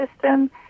system